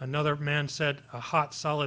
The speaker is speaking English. another man said a hot solid